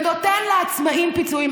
ונותן לעצמאים פיצויים.